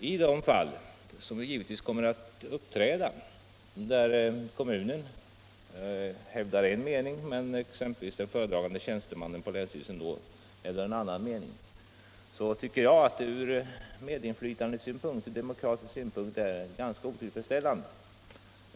I de fall —- som givetvis kommer att inträffa — där kommunen hävdar en mening men där exempelvis den föredragande tjänstemannen på länsstyrelsen hävdar en annan mening tycker jag att ordningen ur demokratisk synpunkt och ur medinflytandesynpunkt är ganska otillfredsställande.